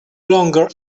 longer